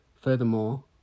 Furthermore